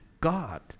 God